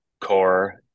core